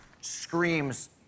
screams